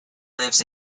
lives